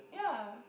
yea